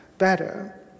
better